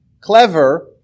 clever